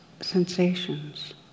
sensations